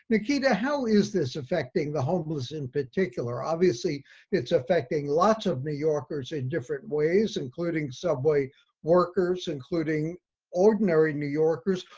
nikita, how is this affecting the homeless in particular? obviously it's affecting lots of new yorkers in different ways, including subway workers, including ordinary new yorkers.